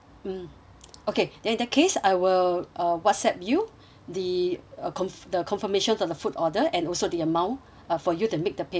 okay then in that case I will uh whatsapp you the uh confirm the confirmation to the food order and also the amount uh for you to make the payment